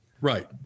Right